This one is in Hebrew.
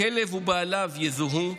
הכלב ובעליו יזוהו,